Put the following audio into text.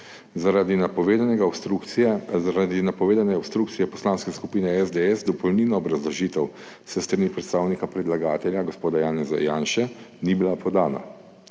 Zaradi napovedane obstrukcije Poslanske skupine SDS dopolnilna obrazložitev s strani predstavnika predlagatelja gospoda Janeza Janše ni bila podana.